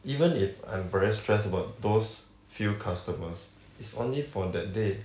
even if I'm very stressed about those few customers is only for that day